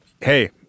hey